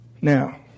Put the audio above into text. now